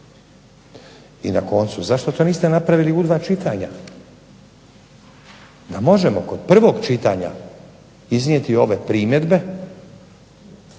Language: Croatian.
I na koncu zašto to niste napravili u dva čitanja da možemo kod prvog čitanja iznijeti ove primjedbe.